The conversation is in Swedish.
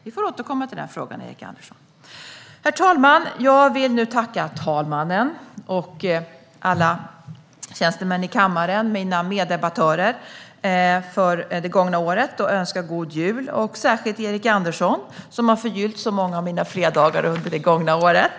Vi får återkomma till den frågan, Erik Andersson. Herr talman! Jag vill nu tacka talmannen, alla tjänstemän i kammaren och mina meddebattörer för det gångna året och önskar: God jul! Det gäller särskilt Erik Andersson, som har förgyllt så många av mina fredagar under det gångna året.